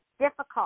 difficult